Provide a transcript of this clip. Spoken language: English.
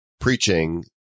preaching